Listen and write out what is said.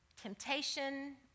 temptation